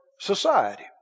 society